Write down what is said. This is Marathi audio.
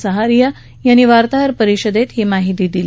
सहारिया यांनी वार्ताहर परिषेदत ही माहिती दिली